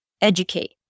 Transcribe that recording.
educate